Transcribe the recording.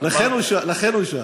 לכן הוא שאל.